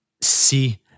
see